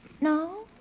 No